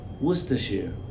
Worcestershire